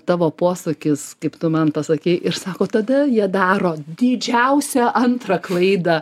tavo posakis kaip tu man pasakei ir sako tada jie daro didžiausią antrą klaidą